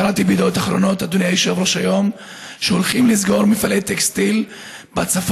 היום קראתי בידיעות אחרונות שהולכים לסגור מפעלי טקסטיל בצפון,